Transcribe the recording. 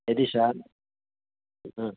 यदि शान् ह